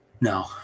No